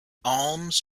alms